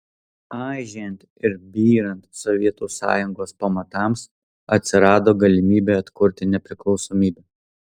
aižėjant ir byrant sovietų sąjungos pamatams atsirado galimybė atkurti nepriklausomybę